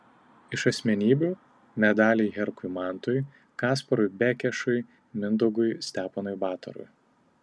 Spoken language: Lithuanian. iš asmenybių medaliai herkui mantui kasparui bekešui mindaugui steponui batorui